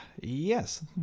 yes